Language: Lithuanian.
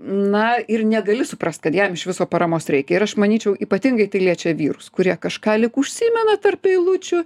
na ir negali suprast kad jam iš viso paramos reikia ir aš manyčiau ypatingai tai liečia vyrus kurie kažką lyg užsimena tarp eilučių